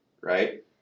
right